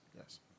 yes